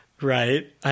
Right